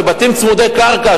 שבתים צמודי קרקע,